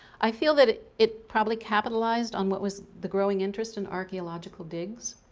i feel that it it probably capitalized on what was the growing interest in archaeological digs,